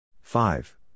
Five